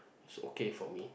it's okay for me